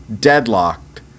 deadlocked